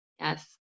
Yes